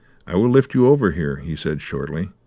i will lift you over here, he said shortly.